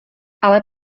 ale